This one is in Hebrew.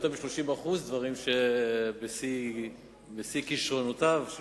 יותר מ-30% דברים שבשיא כשרונותיו של